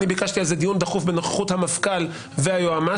ביקשתי על זה דיון דחוף בנוכחות המפכ"ל והיועמ"שית,